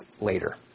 later